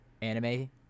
anime